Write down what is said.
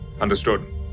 Understood